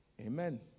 Amen